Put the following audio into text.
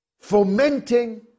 fomenting